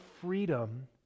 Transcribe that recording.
freedom